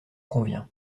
convient